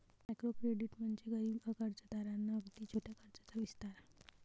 micro credit म्हणजे गरीब कर्जदारांना अगदी छोट्या कर्जाचा विस्तार